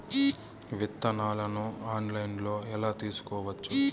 విత్తనాలను ఆన్లైన్లో ఎలా తీసుకోవచ్చు